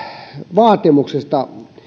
vaatimuksista